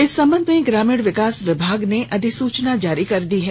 इस संबंध में ग्रामीण विकास विभाग ने अधिसूचना जारी कर दी है